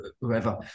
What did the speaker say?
whoever